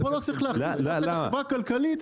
אבל פה לא צריך להכניס חברה כלכלית